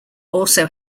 also